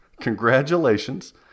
Congratulations